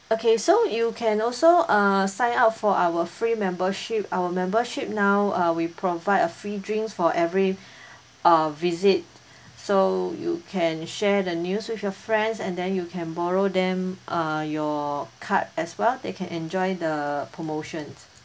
okay so you can also uh sign up for our free membership our membership now uh we provide a free drinks for every uh visit so you can share the news with your friends and then you can borrow them uh your card as well they can enjoy the promotions